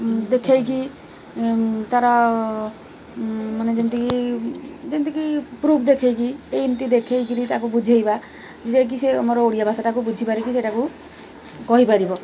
ଦେଖାଇକି ତା'ର ମାନେ ଯେମିତିକି ଯେମିତିକି ପ୍ରୁଫ୍ ଦେଖାଇକି ଏମିତି ଦେଖାଇକିରି ତାକୁ ବୁଝାଇବା ବୁଝାଇକି ସେ ଆମର ଓଡ଼ିଆ ଭାଷାଟାକୁ ବୁଝିପାରିକି ସେଇଟାକୁ କହିପାରିବ